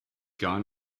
gone